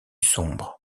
sombres